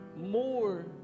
more